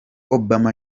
obama